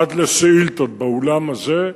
עד לשאילתות באולם הזה,